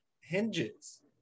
hinges